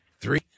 Three